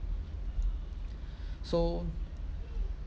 so